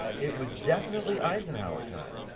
it was definitely eisenhower time.